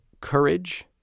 courage